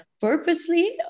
purposely